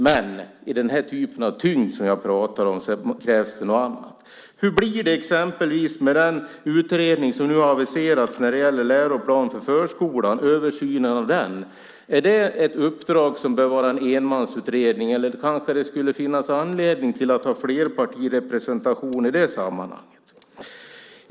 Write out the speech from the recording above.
Men när det gäller frågor av tyngd krävs det något annat. Hur blir det med den utredning som nu har aviserats om översynen av läroplanen för förskolan? Är det ett uppdrag som bör vara en enmansutredning, eller kanske det finns anledning att ha flerpartirepresentation i det sammanhanget?